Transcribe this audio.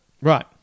Right